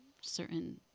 certain